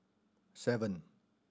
seven